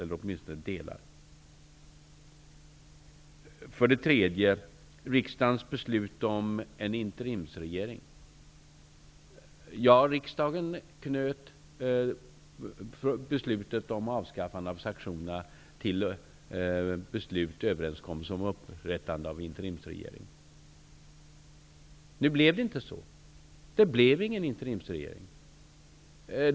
För det tredje vill jag ta upp riksdagens beslut om en interimsregering. Riksdagen knöt beslutet om avskaffande av sanktionerna till beslut och överenskommelser om upprättande av interimsregering. Nu blev det inte så. Det blev ingen interimsregering.